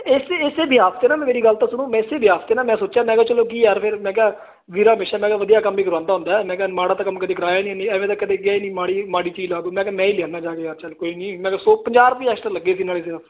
ਇਸੇ ਬਿਹਾਫ਼ ਤੇ ਨਾ ਮੇਰੀ ਗੱਲ ਸੁਣੋ ਮੈਂ ਸੋਚਿਆ ਮੈਂ ਕਿਹਾ ਚਲੋ ਕੀ ਯਾਰ ਫਿਰ ਮੈਂ ਕਿਹਾ ਵੀਰਾ ਮਿਸ਼ਨ ਮੈਗਾ ਵਧੀਆ ਕੰਮ ਵੀ ਕਰਾਉਂਦਾ ਹੁੰਦਾ ਮੈਂ ਕਿਹਾ ਮਾੜਾ ਤਾਂ ਕੰਮ ਕਦੀ ਕਰਾਇਆ ਨਹੀਂ ਵੇ ਨੀਂ ਮਾੜੀ ਮਾੜੀ ਚੀਜ਼ ਲਾ ਦਿੰਦਾ ਜਾ ਕੇ ਚਲ ਕੋਈ ਨਹੀਂ ਮੈਂ ਕਿਹਾ ਸੋ ਪੰਜਾਹ ਦੀ ਅੱਜ ਤਾਂ ਲੱਗੇ ਸੀ ਨਾਲੇ ਸਿਰਫ